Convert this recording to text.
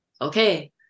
okay